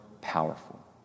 powerful